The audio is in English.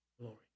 glory